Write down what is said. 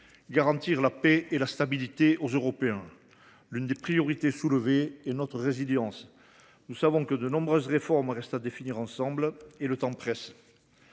garantir la paix et la stabilité aux Européens. L’une des priorités relevées est notre résilience. Nous savons que de nombreuses réformes restent à définir ensemble et le temps presse.